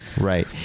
Right